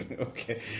okay